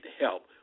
help